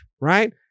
right